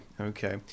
okay